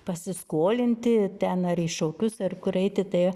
pasiskolinti ten ar į šokius ar kur eiti tai